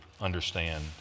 understand